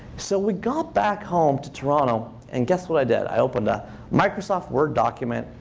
so we got back home to toronto, and guess what i did? i opened a microsoft word document.